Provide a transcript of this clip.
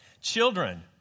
Children